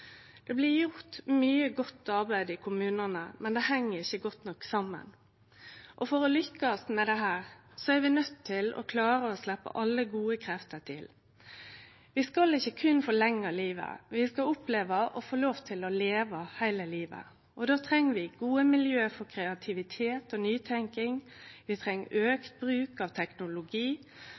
Det blir gjort mykje godt arbeid i kommunane, men det heng ikkje godt nok saman. For å lykkast med dette er vi nøydde til å klare å sleppe alle gode krefter til. Vi skal ikkje berre forlengje livet, vi skal oppleve og få lov til å leve heile livet. Då treng vi gode miljø for kreativitet og nytenking. Vi treng auka bruk av teknologi.